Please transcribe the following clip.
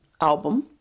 album